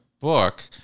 book